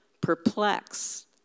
Perplexed